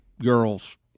girls